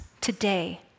today